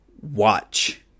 Watch